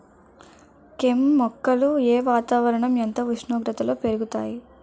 కెమ్ మొక్కలు ఏ వాతావరణం ఎంత ఉష్ణోగ్రతలో పెరుగుతాయి?